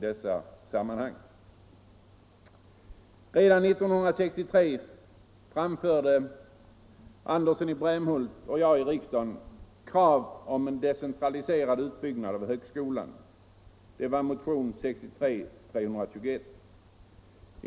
Redan 1963 framförde Andersson i Brämhult och jag i riksdagen krav om decentraliserad utbyggnad av högskolan. Det var motionen 1963:321.